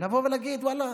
לבוא ולהגיד: ואללה,